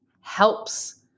helps